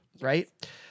right